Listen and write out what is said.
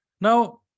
Now